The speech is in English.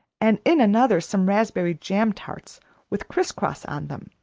and in another some raspberry-jam tarts with crisscross on them,